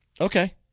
Okay